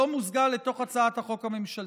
לא מוזגה בהצעת החוק הממשלתית.